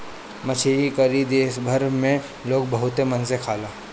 मछरी करी देश भर में लोग बहुते मन से खाला